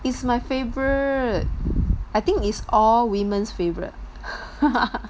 is my favourite I think is all women's favourite